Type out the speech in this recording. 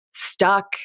stuck